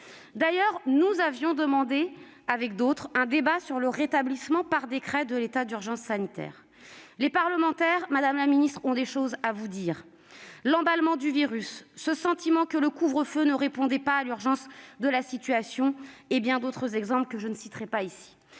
D'ailleurs, nous avions demandé, avec d'autres, un débat sur le rétablissement par décret de l'état d'urgence sanitaire. Les parlementaires, madame la ministre, ont des choses à vous dire : l'emballement de la circulation du virus, ce sentiment que le couvre-feu ne répondait pas à l'urgence de la situation, et bien d'autres choses, que je ne développerai pas ici.